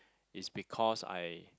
is because I